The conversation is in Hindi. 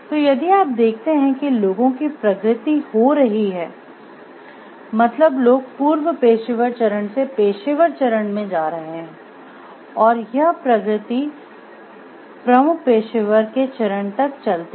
तो यदि आप देखते हैं कि लोगों की प्रगति हो रही है मतलब लोग पूर्व पेशेवर चरण से पेशेवर चरण में जा रहे है और यह प्रगति प्रमुख पेशेवर के चरण तक चलती है